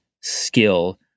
skill